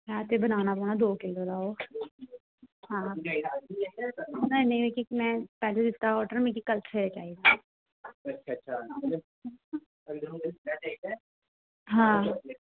ऐ ते बनाना पौना ऐ दो किल्लो दा ओह् हां नेईं नेईं में इक पैह्ले दित्ता हा आडर्र मिगी गलत हां